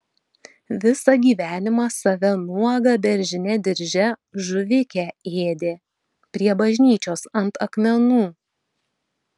visą gyvenimą save nuogą beržine dirže žuvikę ėdė prie bažnyčios ant akmenų